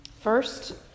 First